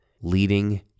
leading